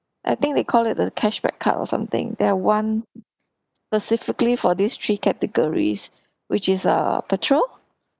I think they call it the cashback card or something that one specifically for these three categories which is err petrol